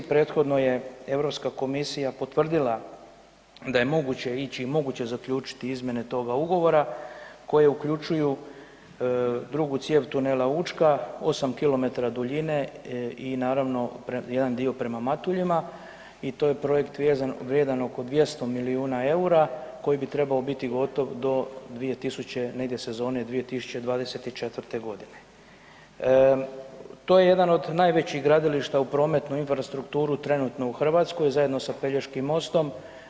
Prethodno je Europska komisija potvrdila da je moguće ići i moguće zaključiti izmjene toga ugovora koje uključuju drugu cijev tunela Učka 8 km duljine i naravno jedan dio prema Matuljima i to je projekt vrijedan oko 200 milijuna EUR-a koji bi trebao biti gotov do 2000., negdje sezone 2024.g. To je jedan od najvećih gradilišta u prometnu infrastrukturu trenutno u Hrvatskoj zajedno sa Pelješkim mostom.